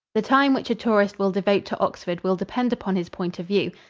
the time which a tourist will devote to oxford will depend upon his point of view.